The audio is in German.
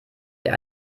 der